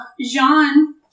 Jean